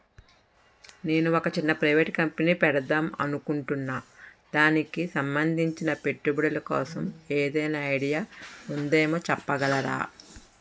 నేను ఒక చిన్న ప్రైవేట్ కంపెనీ పెడదాం అనుకుంటున్నా దానికి సంబందించిన పెట్టుబడులు కోసం ఏదైనా ఐడియా ఉందేమో చెప్పగలరా?